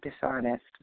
dishonest